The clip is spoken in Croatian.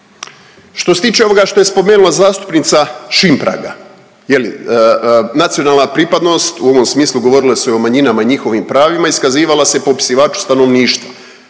Što se tiče ovoga što je spomenula zastupnica Šimpraga je li, nacionalna pripadnost, u ovom smislu govorilo se o manjinama i njihovim pravima i iskazivala se po popisivaču stanovništva,